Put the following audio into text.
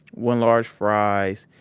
one large fries.